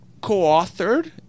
co-authored